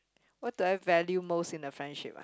what do I value most in a friendship ah